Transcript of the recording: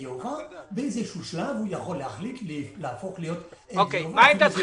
שהוועדה מבקשת לקבל יותר נתונים כמו הנתונים